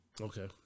Okay